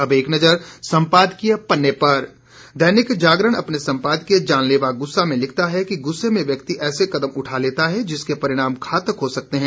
अब एक नज़र सम्पादकीय पन्ने पर दैनिक जागरण अपने सम्पादकीय जानलेवा गुस्सा में लिखता है कि गुस्से में व्यक्ति ऐसे कदम उठा लेता है जिसके परिणाम घातक हो सकते हैं